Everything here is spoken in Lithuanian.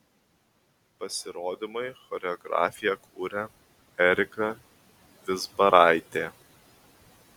pasirodymui choreografiją kūrė erika vizbaraitė